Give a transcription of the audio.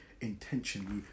intentionally